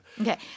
Okay